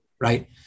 Right